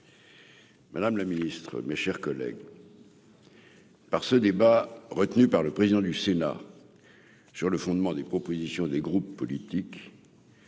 Madame la Ministre, mes chers collègues par ce débat, retenu par le président du Sénat sur le fondement des propositions des groupes politiques,